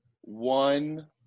one